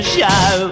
Show